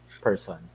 person